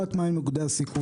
שקובעת מה הם מוקדי הסיכון?